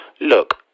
look